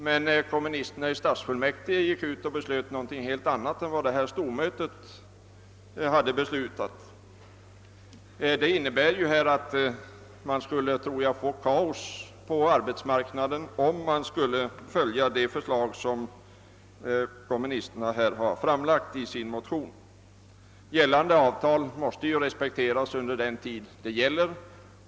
Men kommunisterna i stadsfullmäktige beslöt någonting helt annat än stormötet. Ett sådant tillvägagångssätt som kommunisterna föreslagit i sin motion tror jag skulle innebära att det blev kaos på arbetsmarknaden. Avtalen måste respekteras under den tid de gäller.